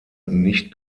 nicht